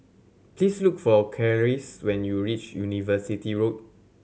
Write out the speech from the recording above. please look for Clarice when you reach University Road